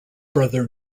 brother